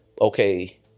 okay